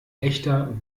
echter